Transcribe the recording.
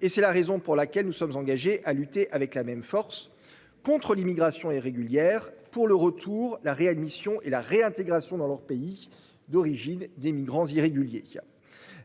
et c'est la raison pour laquelle nous sommes engagés à lutter avec la même force contre l'immigration irrégulière pour le retour la réadmission et la réintégration dans leur pays d'origine des migrants irréguliers.